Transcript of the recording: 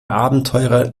abenteurer